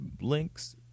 links